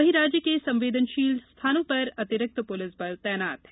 वहीं राज्य के संवेदनशील स्थानों पर अतिरिक्त पुलिस बल तैनात हैं